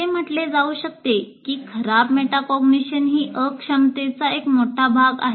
असे म्हटले जाऊ शकते की खराब मेटाकॉग्निशन ही अक्षमतेचा एक मोठा भाग आहे